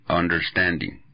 understanding